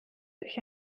durch